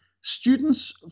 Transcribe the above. students